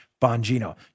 Bongino